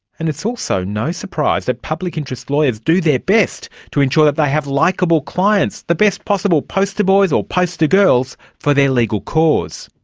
and it's also no surprise that public interest lawyers do their best to ensure that they have likeable clients, the best possible poster boys or poster girls for their legal cause.